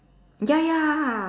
ya ya